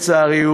לצערי,